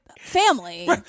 family